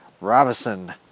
Robinson